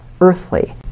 earthly